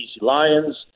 Lions